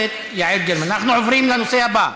חוב' כ/791); נספחות.] אנחנו עוברים לנושא הבא: